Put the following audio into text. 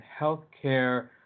healthcare